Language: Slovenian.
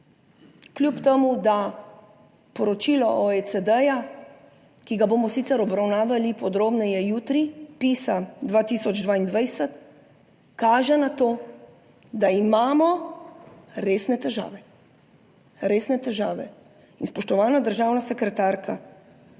kljub temu da poročilo OECD, ki ga bomo sicer obravnavali podrobneje jutri, PISA 2022, kaže na to, da imamo resne težave. Resne težave. In, spoštovana državna sekretarka,